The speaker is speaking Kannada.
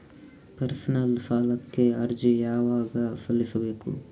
ಪರ್ಸನಲ್ ಸಾಲಕ್ಕೆ ಅರ್ಜಿ ಯವಾಗ ಸಲ್ಲಿಸಬೇಕು?